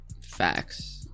Facts